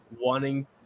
wanting